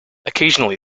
occasionally